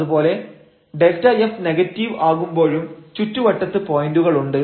അതുപോലെ Δf negative ആകുമ്പോഴും ചുറ്റുവട്ടത്ത് പോയന്റുകൾ ഉണ്ട്